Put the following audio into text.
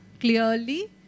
clearly